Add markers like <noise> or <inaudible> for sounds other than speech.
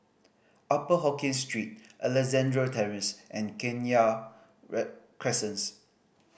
Upper Hokkien Street Alexandra Terrace and Kenya <unintelligible> Crescents